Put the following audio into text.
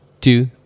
two